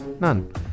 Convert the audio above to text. none